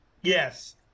Yes